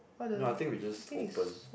not I think we just open